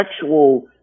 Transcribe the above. sexual